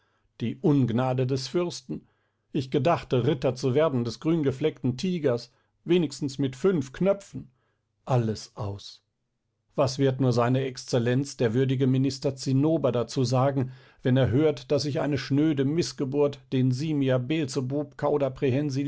die ungnade des fürsten ich gedachte ritter zu werden des grüngefleckten tigers wenigstens mit fünf knöpfen alles aus was wird nur se exzellenz der würdige minister zinnober dazu sagen wenn er hört daß ich eine schnöde mißgeburt den simia beelzebub